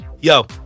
yo